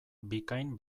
bikain